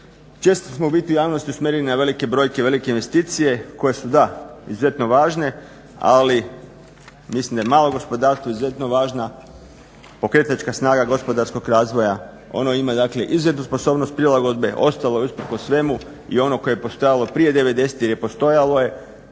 Često smo u biti u javnosti usmjereni na velike brojke, velike investicije koje su izuzetno važne, ali mislim da je malo gospodarstvo izuzetno važna pokretačka snaga gospodarskog razvoja. Ono ima dakle izuzetnu sposobnost prilagodbe, ostalo je usprkos svemu i ono koje je postojalo prije '90.-tih je postojalo je